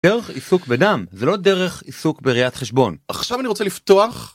דרך עיסוק בדם זה לא דרך עיסוק בראיית חשבון. עכשיו אני רוצה לפתוח...